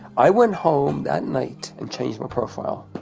i went home that night and changed my profile.